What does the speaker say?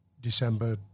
December